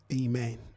Amen